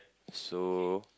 so